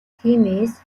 тиймээс